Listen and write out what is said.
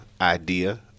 idea